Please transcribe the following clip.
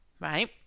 right